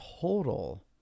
total